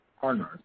partners